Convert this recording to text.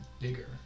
bigger